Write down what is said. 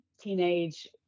teenage